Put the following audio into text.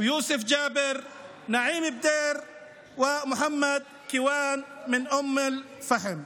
יוסף ג'אבר, נעים בדיר ומוחמד כיואן מאום אל-פחם.